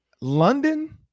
London